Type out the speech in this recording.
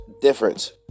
difference